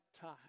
time